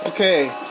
Okay